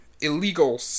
illegal